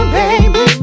baby